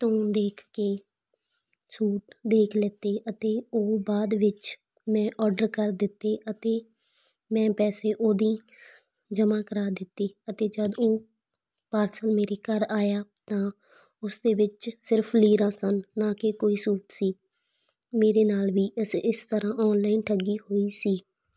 ਤੋਂ ਦੇਖ ਕੇ ਸੂਟ ਦੇਖ ਲੈਤੇ ਅਤੇ ਉਹ ਬਾਅਦ ਵਿੱਚ ਮੈਂ ਆਰਡਰ ਕਰ ਦਿੱਤੇ ਅਤੇ ਮੈਂ ਪੈਸੇ ਉਹਦੀ ਜਮਾਂ ਕਰਾ ਦਿੱਤੀ ਅਤੇ ਜਦ ਉਹ ਪਾਰਸਲ ਮੇਰੀ ਘਰ ਆਇਆ ਤਾਂ ਉਸਦੇ ਵਿੱਚ ਸਿਰਫ ਲੀਰਾ ਸਨ ਨਾ ਕਿ ਕੋਈ ਸੂਟ ਸੀ ਮੇਰੇ ਨਾਲ ਵੀ ਇਸ ਇਸ ਤਰਾਂ ਆਨਲਾਈਨ ਠੱਗੀ ਹੋਈ ਸੀ